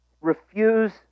Refuse